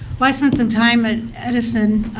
i spent some time at edison